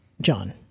John